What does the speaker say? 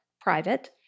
private